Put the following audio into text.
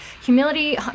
humility